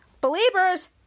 believers